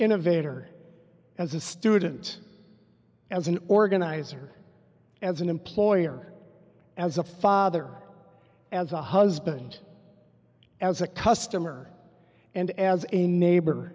innovator as a student as an organizer as an employer as a father as a husband as a customer and as a neighbor